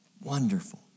wonderful